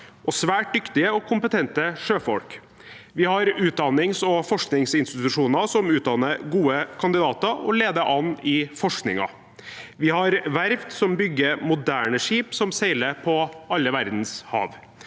og svært dyktige og kompetente sjøfolk. Vi har utdannings- og forskningsinstitusjoner som utdanner gode kandidater og leder an i forskningen. Vi har verft som bygger moderne skip som seiler på alle verdens hav.